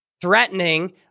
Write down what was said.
threatening